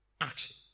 action